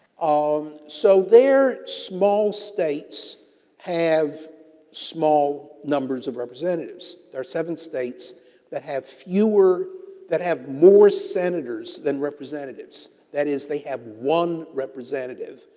um so, where small states have small numbers of representatives, there are seven states that have fewer that have more senators than representatives, that is they have one representative,